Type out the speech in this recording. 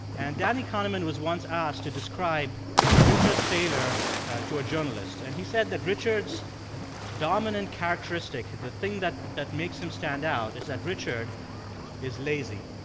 and danny kahneman was once asked to describe richard thaler to a journalist. and he said that richard's dominant characteristic the thing that that makes him stand out is that richard is lazy